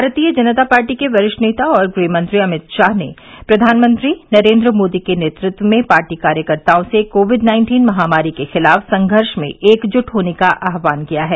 भारतीय जनता पार्टी के वरिष्ठ नेता और गृह मंत्री अमित शाह ने प्रधानमंत्री नरेन्द्र मोदी के नेतृत्व में पार्टी कार्यकर्ताओं से कोविड नाइन्टीन महामारी के खिलाफ संघर्ष में एकजुट होने का आहवान किया है